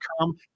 come